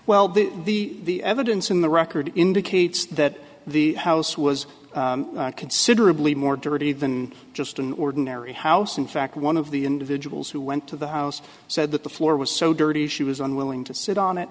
well the evidence in the record indicates that the house was considerably more dirty than just an ordinary house in fact one of the individuals who went to the house said that the floor was so dirty she was unwilling to sit on